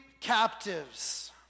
captives